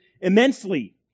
immensely